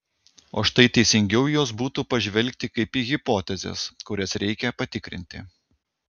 o štai teisingiau į juos būtų pažvelgti kaip į hipotezes kurias reikia patikrinti